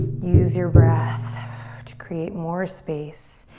use your breath to create more space.